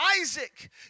Isaac